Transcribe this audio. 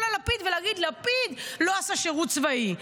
על לפיד ולהגיד: לפיד לא עשה שירות צבאי.